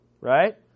right